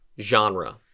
genre